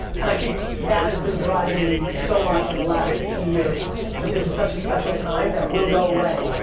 and i think that has been driving me so much in the last two years that this is such a special time that will go away.